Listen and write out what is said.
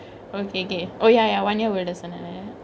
okay okay oh ya ya one year older son right